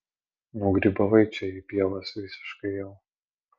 nugrybavai čia į pievas visiškai jau